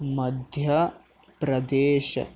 Madhya Pradesh